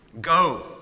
go